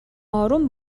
آروم